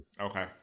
okay